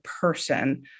person